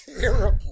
terrible